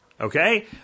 Okay